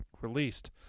released